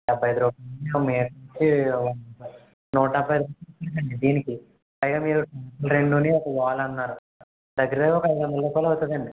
డబ్భై ఐదు రూపాయలు మీటరుకి నూట డబ్భై రుపాయలు అవుతదండి దీనికి పైగా మీరు ట్యాప్లు రెండూని ఒక వాల్ అన్నారు దగ్గర దగ్గర ఒక ఐదొందల రూపాయలు అవుతుందండి